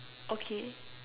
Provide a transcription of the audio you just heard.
okay